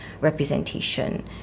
representation